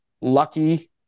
lucky